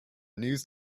news